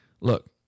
look